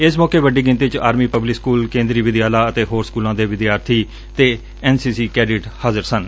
ਇਸ ਮੌਕੇ ਵੱਡੀ ਗਿਣਤੀ ਚ army public school Kendriya Vidyalaya ਅਤੇ ਹੋਰ ਸਕੁਲਾਂ ਦੇ ਵਿਦਿਆਰਥੀ ਤੇ ਐਨ ਸੀ ਸੀ ਕੈਡਿਟ ਹਾਜ਼ਰ ਸਨ